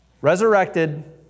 resurrected